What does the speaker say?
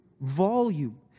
volume